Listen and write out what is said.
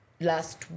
last